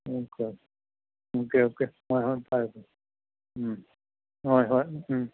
okay okay okay ꯍꯣꯏ ꯍꯣꯏ ꯐꯔꯦ ꯍꯣꯏ ꯍꯣꯏ